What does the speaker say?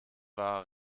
war